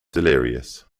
delirious